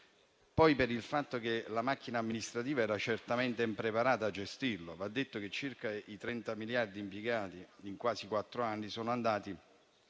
poi per il fatto che la macchina amministrativa era certamente impreparata a gestirlo. Va detto che i circa 30 miliardi impiegati in quasi quattro anni sono andati